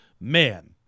Man